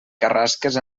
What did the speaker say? carrasques